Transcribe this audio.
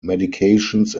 medications